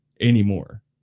anymore